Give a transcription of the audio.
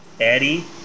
Eddie